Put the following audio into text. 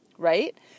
Right